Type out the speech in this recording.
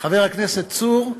חבר הכנסת צור,